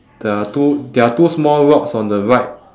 there are two there are two small rocks on the right